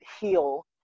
heal